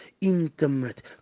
intimate